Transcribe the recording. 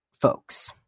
folks